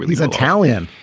he's italian.